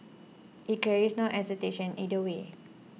it carries no assertion either way